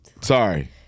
Sorry